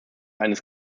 eines